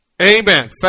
Amen